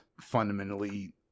fundamentally